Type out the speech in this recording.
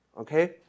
okay